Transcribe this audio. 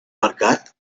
mercat